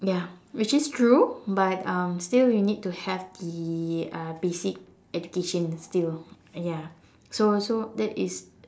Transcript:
ya which is true but um still we need to have the uh basic education still ya so so that is